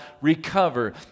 recover